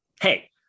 hey